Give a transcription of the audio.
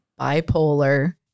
bipolar